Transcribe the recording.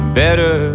better